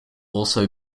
also